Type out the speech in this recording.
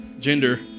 gender